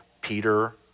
Peter